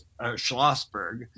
Schlossberg